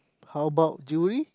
how about jewellery